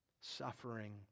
suffering